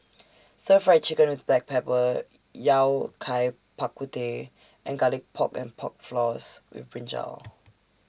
Stir Fried Chicken with Black Pepper Yao Cai Bak Kut Teh and Garlic Pork and Pork Floss with Brinjal